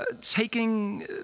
Taking